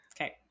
Okay